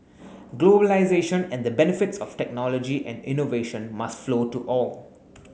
globalisation and the benefits of technology and innovation must flow to all